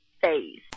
Face